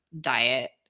diet